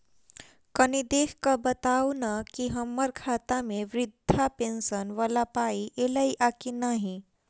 कनि देख कऽ बताऊ न की हम्मर खाता मे वृद्धा पेंशन वला पाई ऐलई आ की नहि?